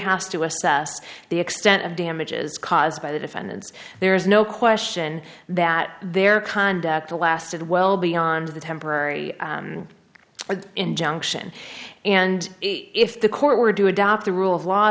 has to assess the extent of damages caused by the defendants there is no question that their conduct a lasted well beyond the temporary injunction and if the court were to adopt the rule of law